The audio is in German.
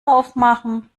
aufmachen